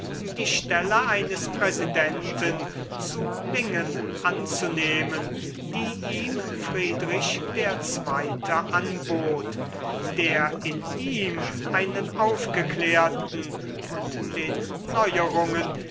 die stelle eines präsidenten zu lingen anzunehmen die ihm friedrich der zweite anbot der in ihm einen aufgeklärten und den neuerungen